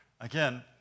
Again